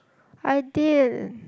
I did